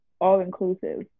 all-inclusive